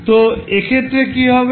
তো এক্ষেত্রে কী হবে